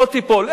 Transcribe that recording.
לא תיפול,